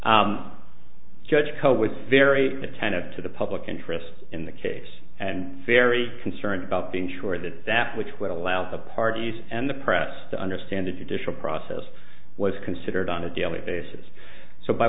judge cope with very attentive to the public interest in the case and very concerned about being sure that that which would allow the parties and the press to understand the judicial process was considered on a daily basis so by